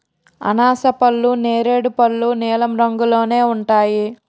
అనాసపళ్ళు నేరేడు పళ్ళు నీలం రంగులోనే ఉంటాయి